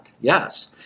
Yes